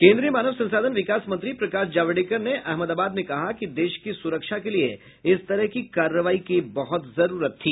केन्द्रीय मानव संसाधन विकास मंत्री प्रकाश जावड़ेकर ने अहमदाबाद में कहा कि देश की सुरक्षा के लिए इस तरह की कार्रवाई की बहुत जरूरत थी